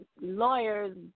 lawyers